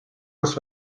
kus